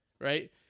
right